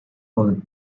old